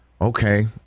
Okay